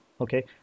Okay